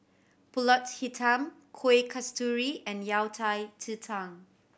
Pulut Hitam Kuih Kasturi and Yao Cai ji tang